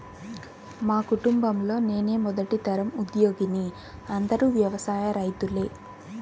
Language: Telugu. మా కుటుంబంలో నేనే మొదటి తరం ఉద్యోగిని అందరూ వ్యవసాయ రైతులే